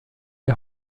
die